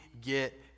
get